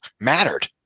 mattered